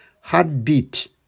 heartbeat